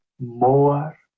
more